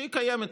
שהיא קיימת,